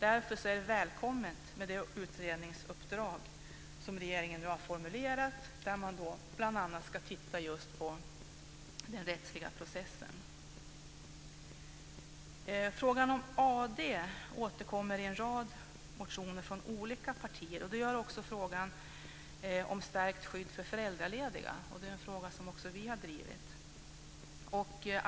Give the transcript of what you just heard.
Därför är det välkommet med det utredningsuppdrag som regeringen nu har formulerat, där man bl.a. ska se över den rättsliga processen. Frågan om AD återkommer i en rad motioner från olika partier. Det gör också frågan om stärkt skydd för föräldralediga. Det är en fråga som också vi har drivit.